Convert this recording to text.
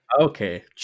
Okay